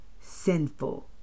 sinful